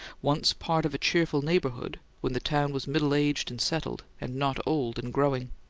once part of a cheerful neighbourhood when the town was middle-aged and settled, and not old and growing.